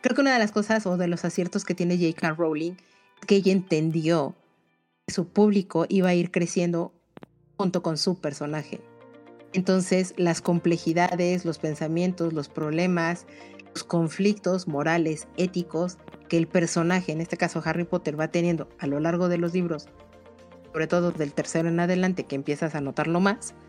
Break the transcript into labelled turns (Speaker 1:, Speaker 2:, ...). Speaker 1: Creo que una de las cosas o de los aciertos que tiene J.K. Rowling, que ella entendió que su público iba a ir creciendo junto con su personaje. Entonces, las complejidades, los pensamientos, los problemas, los conflictos morales, éticos, que el personaje, en este caso Harry Potter, va teniendo a lo largo de los libros, sobre todo del tercero en adelante, que empiezas a notarlo más,